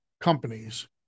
companies